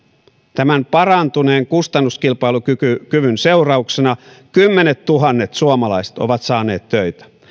tämän parantuneen kustannuskilpailukyvyn seurauksena kymmenettuhannet suomalaiset ovat saaneet töitä